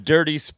Dirty